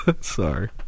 sorry